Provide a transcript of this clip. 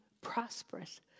prosperous